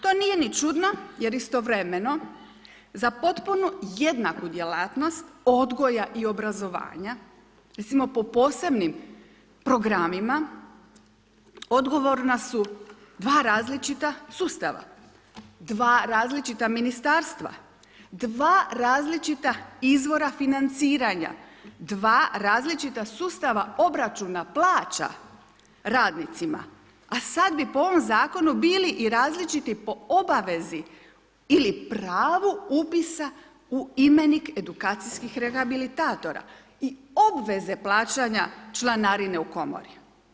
To nije ni čudno jer istovremeno za potpuno jednaku djelatnost odgoja i obrazovanja recimo po posebnim programima odgovorna su dva različita sustava, dva različita ministarstva, dva različita izvora financiranja, dva različita sustava obračuna plaća radnicima, a sada bi po ovom zakonu bili i različiti po obavezi ili pravu upisa u imenik edukacijskih rehabilitatora i obveze plaćanja članarine u komori.